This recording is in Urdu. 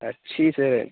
اچھی سے